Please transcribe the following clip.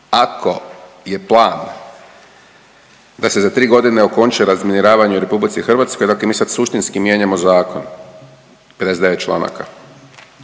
ako je plan da se za tri godine okonča razminiravanje u Republici Hrvatskoj, dakle mi sad suštinski mijenjamo zakon 59 članaka.